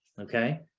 okay